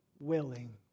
willing